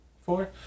four